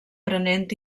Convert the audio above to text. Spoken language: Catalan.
prenent